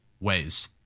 ways